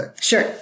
Sure